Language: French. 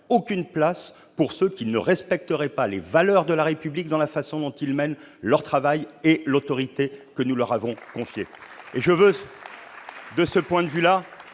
aucune place pour ceux qui ne respecteraient pas les valeurs de la République dans la façon dont ils exercent la mission et l'autorité que nous leur avons confiées. Sur ce point, je veux